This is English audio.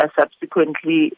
subsequently